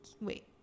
wait